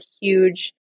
huge